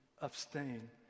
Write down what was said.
abstain